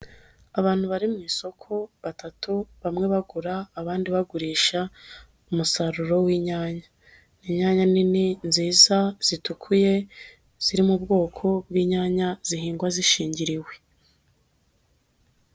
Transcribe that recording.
Abantu bari mu isoko batatu, bamwe bagura abandi bagurisha umusaruro w'inyanya, inyanya nini nziza zitukuye ziri mu bwoko bw'inyanya zihingwa zishingiriwe.